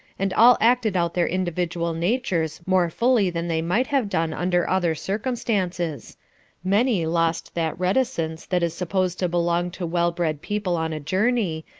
and all acted out their individual natures more fully than they might have done under other circumstances many lost that reticence that is supposed to belong to well-bred people on a journey,